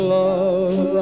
love